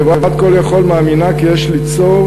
חברת "call יכול" מאמינה כי יש ליצור